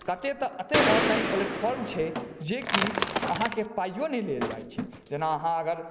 कते तऽ अते ऑनलाइन प्लेटफार्म छै जे की अहाँ के पाइयो नहि लेल जाइ छै जेना अहाँ